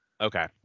Okay